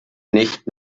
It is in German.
nicht